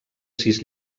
sis